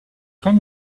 can